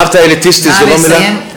נא לסיים.